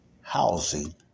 housing